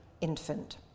infant